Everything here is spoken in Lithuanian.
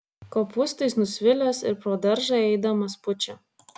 kopūstais nusvilęs ir pro daržą eidamas pučia